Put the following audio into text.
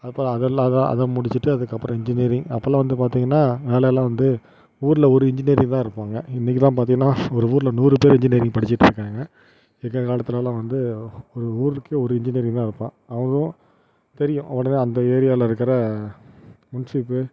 அப்போ அதெல்லாம்தான் அதை முடிச்சிட்டு அதுக்கு அப்பறம் இன்ஜினியரிங் அப்பலாம் வந்து பாத்திங்கனா வேலைலா வந்து ஊரில்ஒரு இன்ஜினியரிங் தான் இருப்பாங்க இன்றைக்கித்தான் பார்த்திங்கனா ஒரு ஊரில் நூறு பேரு இன்ஜினியரிங் படித்திட்டு இருக்காங்க எங்கள் காலத்திலெலான் வந்து ஒரு ஊருக்கே ஒரு இன்ஜினியரிங் தான் இருப்பான் அவங்களும் தெரியும் உடனே அந்த ஏரியாவில் இருக்கிற முன்சீஃப்பு